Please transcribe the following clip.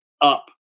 up